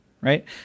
right